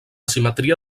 simetria